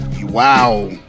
Wow